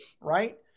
right